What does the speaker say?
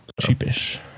Cheap-ish